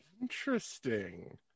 Interesting